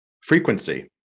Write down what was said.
frequency